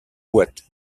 boîtes